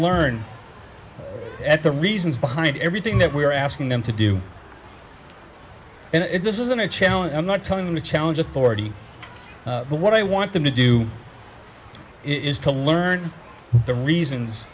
learn at the reasons behind everything that we are asking them to do and if this isn't a challenge i'm not telling them to challenge authority but what i want them to do is to learn the